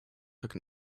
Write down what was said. took